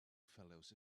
fellows